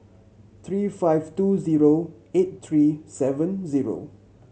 three five two zero eight three seven zero